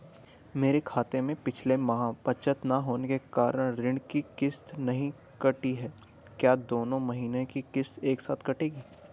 मेरे खाते में पिछले माह बचत न होने के कारण ऋण की किश्त नहीं कटी है क्या दोनों महीने की किश्त एक साथ कटेगी?